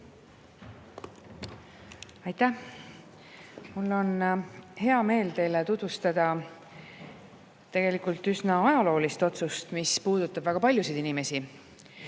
Aitäh! Mul on hea meel teile tutvustada tegelikult üsna ajaloolist otsust, mis puudutab väga paljusid inimesi,